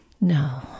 No